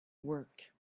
work